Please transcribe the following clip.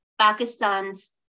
Pakistan's